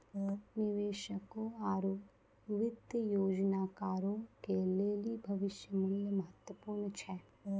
निवेशकों आरु वित्तीय योजनाकारो के लेली भविष्य मुल्य महत्वपूर्ण छै